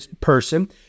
person